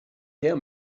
her